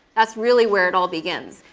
that's really where it all begins.